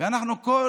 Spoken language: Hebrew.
אנחנו כל